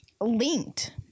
linked